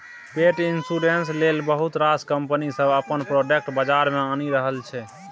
पेट इन्स्योरेन्स लेल बहुत रास कंपनी सब अपन प्रोडक्ट बजार मे आनि रहल छै